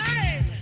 Right